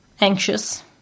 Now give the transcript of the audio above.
anxious